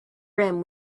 rim